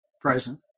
present